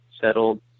settled